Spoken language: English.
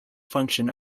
function